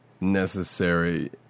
necessary